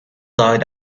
died